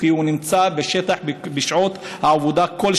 כי הוא נמצא בשטח בכל שעות העבודה,